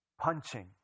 Punching